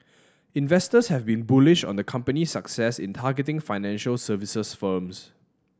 investors have been bullish on the company's success in targeting financial services firms